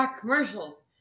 commercials